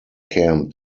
camp